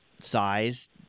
size